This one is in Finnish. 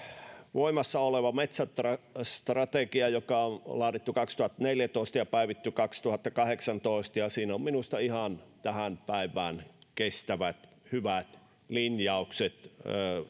voimassa oleva metsästrategia joka on laadittu kaksituhattaneljätoista ja päivitetty kaksituhattakahdeksantoista siinä on minusta ihan tähän päivään kestävät hyvät linjaukset